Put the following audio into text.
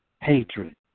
hatred